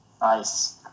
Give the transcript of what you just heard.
Nice